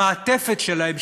המעטפת שלהם,